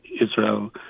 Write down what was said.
Israel